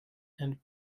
and